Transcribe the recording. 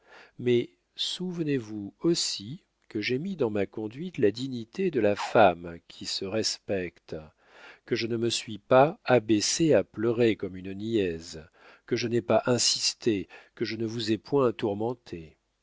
mais souvenez-vous aussi que j'ai mis dans ma conduite la dignité de la femme qui se respecte que je ne me suis pas abaissée à pleurer comme une niaise que je n'ai pas insisté que je ne vous ai point tourmenté